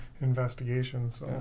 investigations